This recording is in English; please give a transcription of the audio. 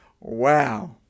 Wow